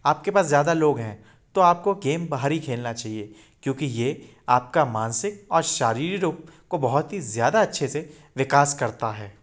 आप के पास ज़्यादा लोग हैं तो आप को गेम बाहर ही खेलना चाहिए क्योंकि ये आपके मानसिक और शारीरिक रूप को बहुत ही ज़्यादा अच्छे से विकास करता है